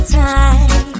time